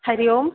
Hari Om